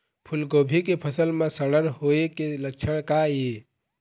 फूलगोभी के फसल म सड़न होय के लक्षण का ये?